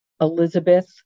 Elizabeth